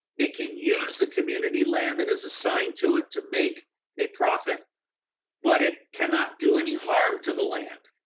it can use the community land that is assigned to it to make a profit but it cannot do any harm to the land.